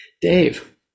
Dave